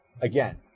again